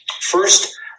First